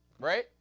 right